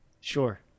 Sure